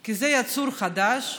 כי זה יצור חדש,